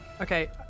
Okay